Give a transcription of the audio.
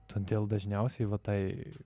todėl dažniausiai va tai